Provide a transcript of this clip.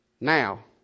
now